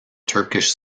turkish